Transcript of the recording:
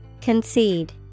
Concede